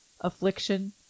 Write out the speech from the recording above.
affliction